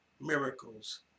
Miracles